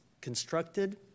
constructed